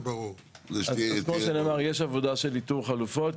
יש עבודה של איתור חלופות,